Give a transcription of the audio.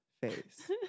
face